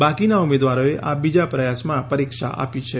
બાકીના ઉમેદવારોએ આ બીજા પ્રયાસમાં પરીક્ષા આપી છે